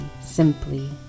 Simply